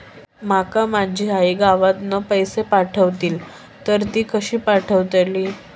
माका माझी आई गावातना पैसे पाठवतीला तर ती कशी पाठवतली?